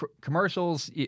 commercials